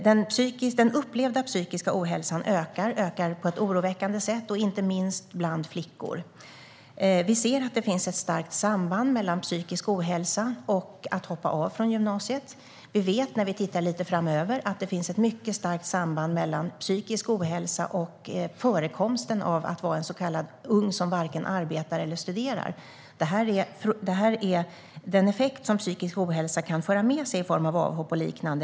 Den upplevda psykiska ohälsan ökar på ett oroväckande sätt, inte minst bland flickor. Vi ser att det finns ett starkt samband mellan psykisk ohälsa och avhopp från gymnasiet. Vi vet, när vi tittar lite grann framöver, att det finns ett mycket starkt samband mellan psykisk ohälsa och förekomsten av att vara en så kallad ung som varken arbetar eller studerar. Detta är den effekt som psykisk ohälsa kan få i form av avhopp och liknande.